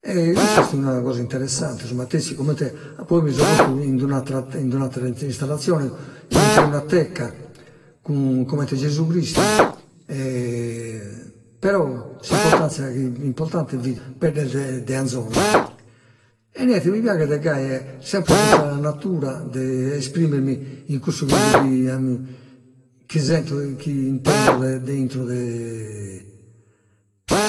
E cussa est una cosa interessante comente a poi mi so postu in d'una attera, in d'una attera installazione intro 'e una teca cun, comente Gesù Cristu però s'importanzia chi fit importante fit peddes de anzone, e niente, mi piaghet gai sempre cun sa natura de esprimermi in cussu chi fit chi sento e chi intendo de intro de